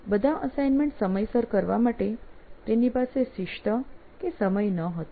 બધા અસાઈનમેન્ટ સમયસર કરવા માટે તેની પાસે શિસ્ત કે સમય ન હતો